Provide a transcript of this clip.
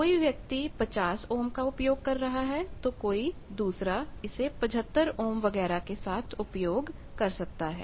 कोई व्यक्ति 50 ओम का उपयोग कर रहा है तो कोई दूसरा इसे 75 ओम वगैरह के साथ उपयोग कर सकता है